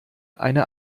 eine